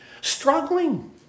struggling